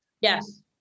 Yes